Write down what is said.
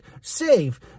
save